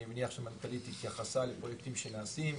אני מניח שהמנכ"לית התייחסה לפרויקטים כאלה ואחרים שנעשים,